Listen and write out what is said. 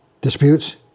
disputes